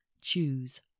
Choose